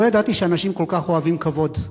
לא ידעתי שאנשים כל כך אוהבים כבוד.